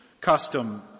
custom